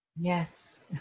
Yes